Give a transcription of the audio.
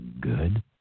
good